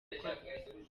rwanda